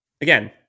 again